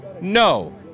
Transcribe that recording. No